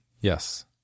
yes